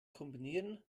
kombinieren